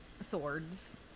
swords